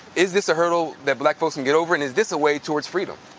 is this a hurdle that black folks can get over? and is this a way towards freedom?